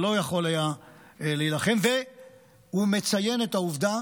שלא היה יכול להילחם, והוא מציין את העובדה